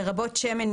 לרבות שמן,